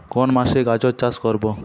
কোন মাসে গাজর চাষ করব?